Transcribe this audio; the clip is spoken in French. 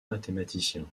mathématicien